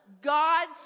God's